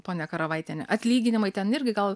ponia karavaitiene atlyginimai ten irgi gal